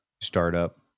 startup